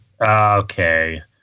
okay